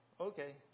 okay